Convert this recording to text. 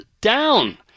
down